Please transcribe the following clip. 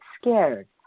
scared